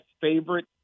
favorite